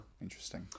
Interesting